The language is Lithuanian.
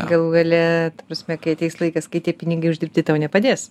galų gale ta prasme kai ateis laikas kai tie pinigai uždirbti tau nepadės